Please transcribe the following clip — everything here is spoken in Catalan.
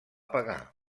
pagar